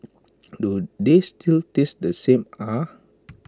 do they still taste the same ah